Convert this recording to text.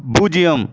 பூஜ்ஜியம்